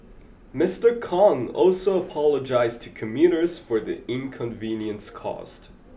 Mister Kong also apologised to commuters for the inconvenience caused